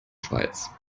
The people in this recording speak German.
schweiz